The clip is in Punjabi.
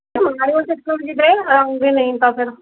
ਮਾਰਿਓ ਚੱਕਰ ਕਿਤੇ ਆਊਂਗੇ ਨਹੀਂ ਤਾਂ ਫਿਰ